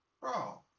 Bro